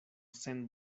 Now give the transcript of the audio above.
sen